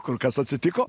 kur kas atsitiko